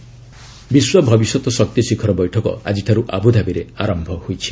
energy summit ବିଶ୍ୱ ଭବିଷ୍ୟତ ଶକ୍ତି ଶିଖର ବୈଠକ ଆଜିଠାରୁ ଆବୁଧାବିରେ ଆରମ୍ଭ ହୋଇଛି